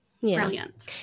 Brilliant